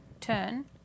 turn